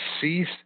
cease